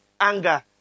Anger